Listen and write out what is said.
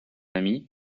ami